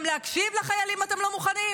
גם להקשיב לחיילים אתם לא מוכנים?